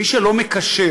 מי שלא מקשר